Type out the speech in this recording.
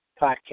podcast